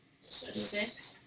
Six